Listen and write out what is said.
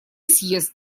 съезд